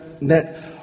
net